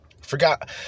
Forgot